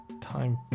time